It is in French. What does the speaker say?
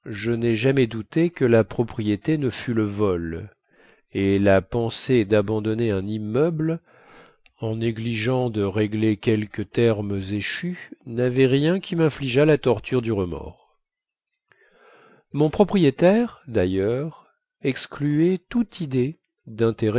je nai jamais douté que la propriété ne fût le vol et la pensée dabandonner un immeuble en négligeant de régler quelques termes échus navait rien qui minfligeât la torture du remords mon propriétaire dailleurs excluait toute idée